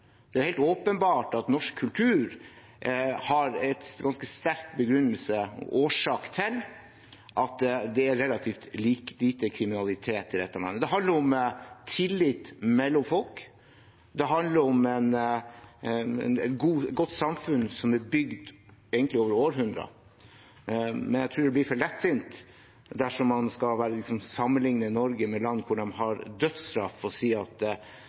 Det er helt åpenbart at norsk kultur er en ganske sterk årsak til at det er relativt lite kriminalitet i dette landet. Det handler om tillit mellom folk, det handler om et godt samfunn som er bygd over århundrer. Jeg tror det blir for lettvint dersom man skal sammenligne Norge med land hvor de har dødsstraff, og si at